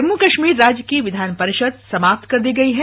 जम्मू कश्मीर राज्य की विधान परिषद समाप्त कर दी गयी है